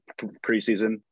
preseason